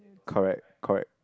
correct correct